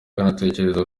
anatekereza